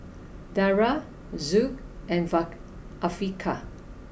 Dara Zul and Vaka Afiqah